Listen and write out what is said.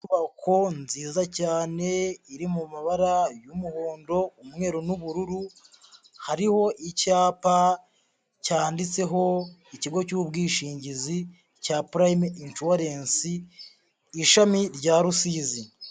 Inyubako nziza cyane iri mu mabara y'umuhondo, umweru, n'ubururu, hariho icyapa cyanditseho ikigo cy'ubwishingizi cya Prime Insurence, ishami rya Rusizi.